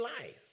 life